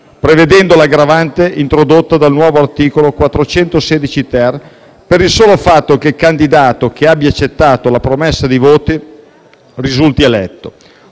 prevedendo l'aggravante introdotta dal nuovo articolo 416*-ter* per il solo fatto che il candidato che abbia accettato la promessa di voti risulti eletto,